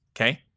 Okay